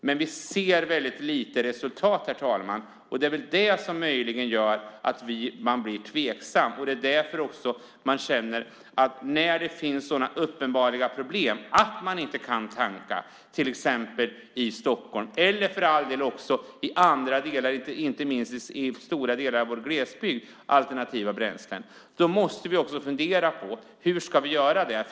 Men vi ser väldigt lite resultat, herr talman. Det är det som möjligen gör att jag blir tveksam. När det finns sådana uppenbara problem som innebär att man inte kan tanka alternativa bränslen i till exempel Stockholm eller för all del i andra delar av landet, inte minst i stora delar av vår glesbygd, måste vi fundera på hur vi ska lösa dem.